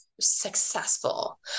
successful